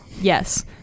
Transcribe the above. yes